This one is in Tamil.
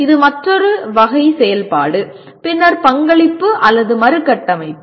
இது மற்றொரு வகை செயல்பாடு பின்னர் பங்களிப்பு அல்லது மறுகட்டமைப்பு